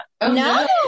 no